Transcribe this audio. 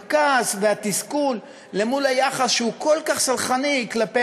הכעס והתסכול מול היחס שהוא כל כך סלחני כלפי